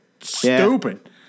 stupid